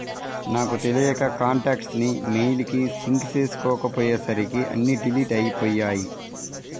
నాకు తెలియక కాంటాక్ట్స్ ని మెయిల్ కి సింక్ చేసుకోపొయ్యేసరికి అన్నీ డిలీట్ అయ్యిపొయ్యాయి